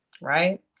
Right